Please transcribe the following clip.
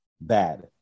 bad